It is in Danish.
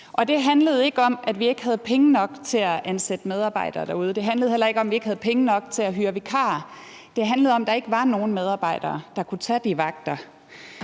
Det handlede ikke om, at vi ikke havde penge nok til at ansætte medarbejdere derude. Det handlede heller ikke om, at vi ikke havde penge nok til at hyre vikarer. Det handlede om, at der ikke var nogen medarbejdere, der kunne tage de vagter.